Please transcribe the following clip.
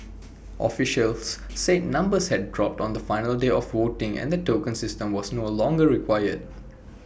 officials said numbers had dropped on the final day of voting and the token system was no longer required